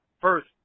first